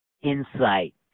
insight